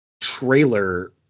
trailer